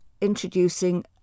introducing